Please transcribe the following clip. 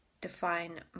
define